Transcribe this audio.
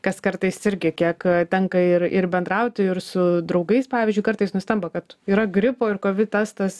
kas kartais irgi kiek tenka ir ir bendrauti ir su draugais pavyzdžiui kartais nustemba kad yra gripo ir kovid testas